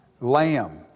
Lamb